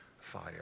fire